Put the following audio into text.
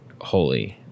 holy